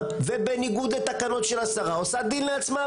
ובניגוד לתקנות של השרה עושה דין לעצמה,